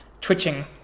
twitching